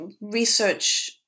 research